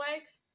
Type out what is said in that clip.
eggs